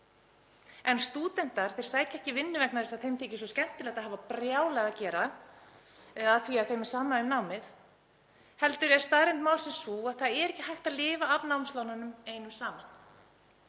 Stúdentar sækja ekki vinnu vegna þess að þeim þyki svo skemmtilegt að hafa brjálað að gera eða af því að þeim sé sama um námið heldur er staðreynd málsins sú að það er ekki hægt að lifa af námslánunum einum saman.